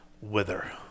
wither